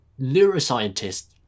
neuroscientist